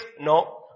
No